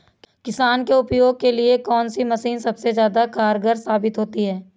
किसान के उपयोग के लिए कौन सी मशीन सबसे ज्यादा कारगर साबित होती है?